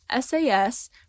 SAS